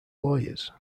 lawyers